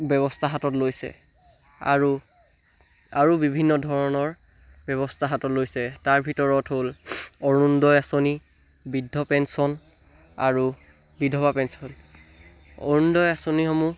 ব্যৱস্থা হাতত লৈছে আৰু আৰু বিভিন্ন ধৰণৰ ব্যৱস্থা হাতত লৈছে তাৰ ভিতৰত হ'ল অৰুণোদয় আঁচনি বৃদ্ধ পেঞ্চন আৰু বিধৱা পেঞ্চন অৰুণোদয় আঁচনিসমূহ